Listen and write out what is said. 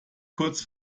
kurz